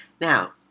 Now